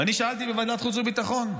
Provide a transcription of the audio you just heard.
ואני שאלתי בוועדת חוץ וביטחון: